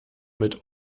mit